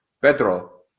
Pedro